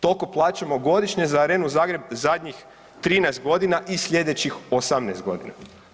Toliko plaćamo godišnje za Arenu Zagreb zadnjih 13 godina i sljedećih 18 godina.